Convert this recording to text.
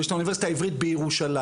יש את האוניברסיטה העברית בירושלים,